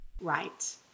Right